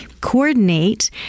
coordinate